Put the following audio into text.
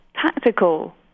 tactical